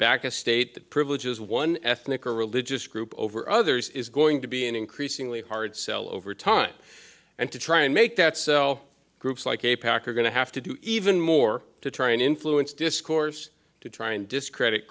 back a state that privileges one ethnic or religious group over others is going to be an increasingly hard sell over time and to try and make that cell groups like a pack are going to have to do even more to try and influence discourse to try and discredit